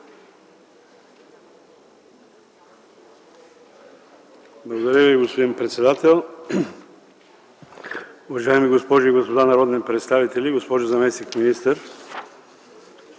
Благодаря Ви, господин председател. Уважаеми госпожи и господа народни представители, госпожо заместник-министър!